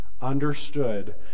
understood